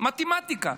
זו מתמטיקה.